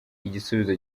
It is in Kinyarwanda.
igisubizo